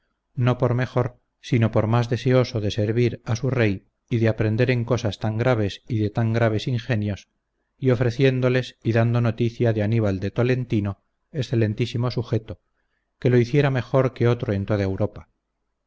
no por mejor sino por más deseoso de servir a su rey y de aprender en cosas tan graves y de tan graves ingenios y ofreciéndoles y dando noticia de aníbal de tolentino excelentísimo sujeto que lo hiciera mejor que otro en toda la europa